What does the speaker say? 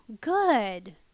good